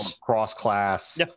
cross-class